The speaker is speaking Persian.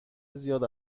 زیاد